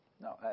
No